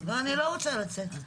לא, אני לא רוצה לצאת.